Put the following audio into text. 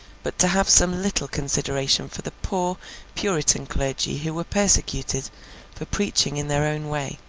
but to have some little consideration for the poor puritan clergy who were persecuted for preaching in their own way,